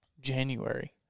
January